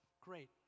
Great